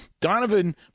Donovan